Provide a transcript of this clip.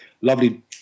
lovely